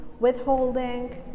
withholding